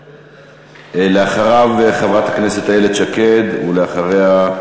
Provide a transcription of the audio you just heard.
אחריו, חברת הכנסת איילת שקד, ואחריה,